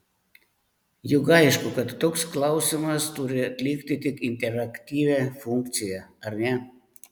juk aišku kad toks klausimas turi atlikti tik interaktyvią funkciją ar ne